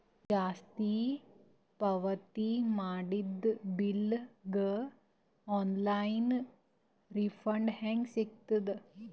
ಜಾಸ್ತಿ ಪಾವತಿ ಮಾಡಿದ ಬಿಲ್ ಗ ಆನ್ ಲೈನ್ ರಿಫಂಡ ಹೇಂಗ ಸಿಗತದ?